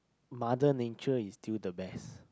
mother nature is still the best